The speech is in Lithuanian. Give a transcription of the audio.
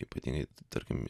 ypatingai tarkim